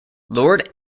lord